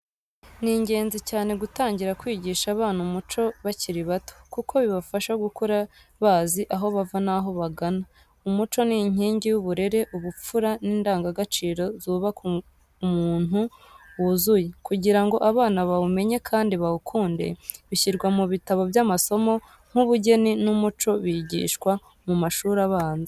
Ni ingenzi cyane gutangira kwigisha abana umuco bakiri bato, kuko bibafasha gukura bazi aho bava n’aho bagana. Umuco ni inkingi y'uburere, ubupfura n'indangagaciro zubaka umuntu wuzuye. Kugira ngo abana bawumenye kandi bawukunde, bishyirwa mu bitabo by’amasomo nk’ubugeni n’Umuco bigishwa mu mashuri abanza.